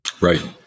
Right